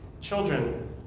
Children